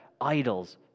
idols